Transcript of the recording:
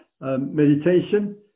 meditation